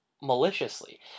maliciously